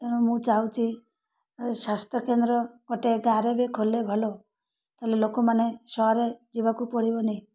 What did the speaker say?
ତେଣୁ ମୁଁ ଚାହୁଁଛି ସ୍ୱାସ୍ଥ୍ୟକେନ୍ଦ୍ର ଗୋଟେ ଗାଁରେ ବି ଖୋଲେ ଭଲ ତାହେଲେ ଲୋକମାନେ ସହରରେ ଯିବାକୁ ପଡ଼ିବନି